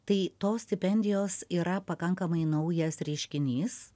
tai tos stipendijos yra pakankamai naujas reiškinys